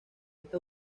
esta